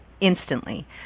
instantly